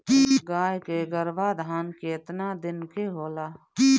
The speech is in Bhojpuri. गाय के गरभाधान केतना दिन के होला?